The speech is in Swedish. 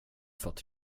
fått